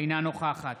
אינה נוכחת